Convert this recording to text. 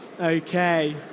Okay